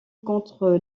contre